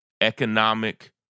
economic